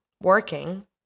working